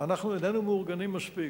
אנחנו איננו מאורגנים מספיק.